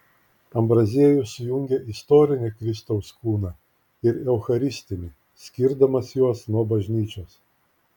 ambraziejus sujungia istorinį kristaus kūną ir eucharistinį skirdamas juos nuo bažnyčios